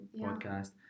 podcast